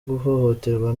guhohoterwa